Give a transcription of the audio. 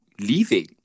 leaving